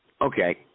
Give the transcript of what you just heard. Okay